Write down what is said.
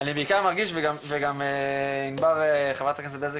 אני בעיקר מרגיש וגם ענבר חברת הכנסת בזק,